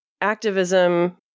activism